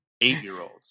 eight-year-olds